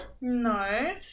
No